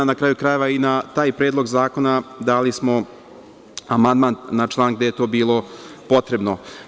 Na kraju krajeva i na taj predlog zakona dali smo amandman na član gde je to bilo potrebno.